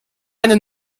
eine